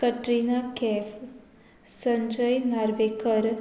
Katrina Kaif Sanjay Narvekar